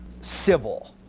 civil